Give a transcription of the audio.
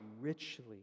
richly